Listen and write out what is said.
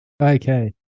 Okay